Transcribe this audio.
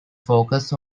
focused